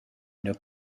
üna